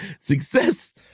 success